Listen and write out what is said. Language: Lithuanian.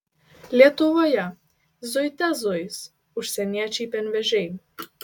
lietuvoje zuite zuis užsieniečiai pienvežiai